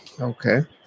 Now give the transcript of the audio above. Okay